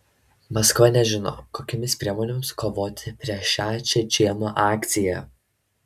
maskva nežino kokiomis priemonėmis kovoti prieš šią čečėnų akciją